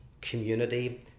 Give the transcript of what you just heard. community